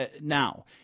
now